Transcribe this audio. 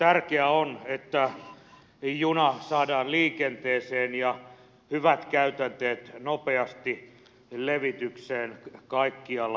tärkeää on että juna saadaan liikenteeseen ja hyvät käytänteet nopeasti levitykseen kaikkialla tasavallassamme